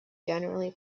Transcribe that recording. generally